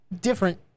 different